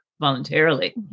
voluntarily